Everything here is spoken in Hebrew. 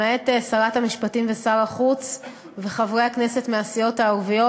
למעט שרת המשפטים ושר החוץ וחברי הכנסת מהסיעות הערביות,